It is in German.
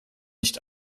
nicht